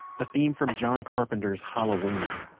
the theme from john carpenter's halloween,